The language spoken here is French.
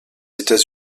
états